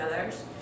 others